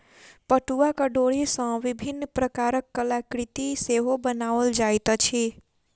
पटुआक डोरी सॅ विभिन्न प्रकारक कलाकृति सेहो बनाओल जाइत अछि